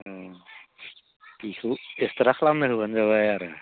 बेखौ एक्सट्रा खालामनो होबानो जाबाय आरो